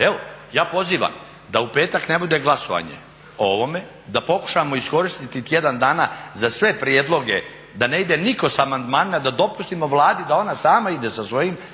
Evo ja pozivam da u petak ne bude glasovanje o ovome, da pokušamo iskoristiti tjedan dana za sve prijedloge da ne ide nitko sa amandmanima da dopustimo Vladi da ona sama ide sa svojim